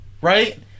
right